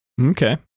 okay